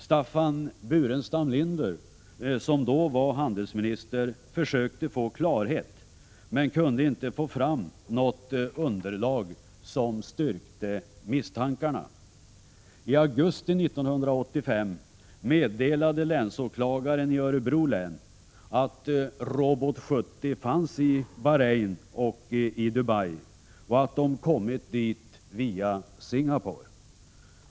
Staffan Burenstam Linder, som då var handelsminister, försökte få klarhet men kunde inte få fram något underlag som styrkte misstankarna. I augusti 1985 meddelade länsåklagaren i Örebro län att Robot 70 fanns i Bahrain och Dubai och att den kommit dit via Singapore.